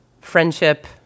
friendship